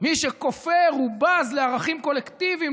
מי שכופר ובז לערכים קולקטיביים,